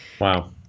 Wow